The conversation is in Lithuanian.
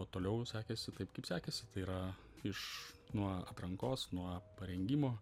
o toliau sekėsi taip kaip sekėsi tai yra iš nuo atrankos nuo parengimo